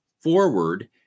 forward